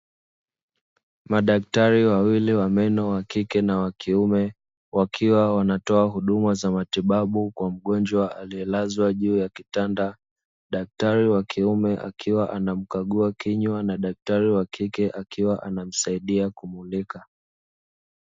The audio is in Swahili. Madaktari wawili wa meno wa kike na wakiume wakiwa wanatoa huduma za matibabu kwa mgonjwa aliyelazwa juu ya kitanda, daktari wa kiume akiwa anamkagua kinywa na daktari a kike akiwa anamsaidia kumulika.